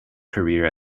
career